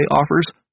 offers